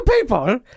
people